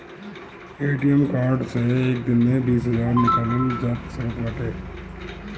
ATM card से एक दिन में बीस हजार निकालल जा सकत बाटे